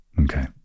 Okay